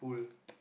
pool